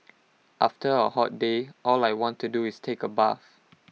after A hot day all I want to do is take A bath